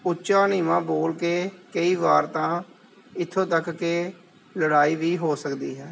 ਉੱਚਾ ਨੀਵਾਂ ਬੋਲ ਕੇ ਕਈ ਵਾਰ ਤਾਂ ਇੱਥੋਂ ਤੱਕ ਕਿ ਲੜਾਈ ਵੀ ਹੋ ਸਕਦੀ ਹੈ